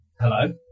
Hello